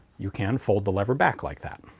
you can fold the lever back like that.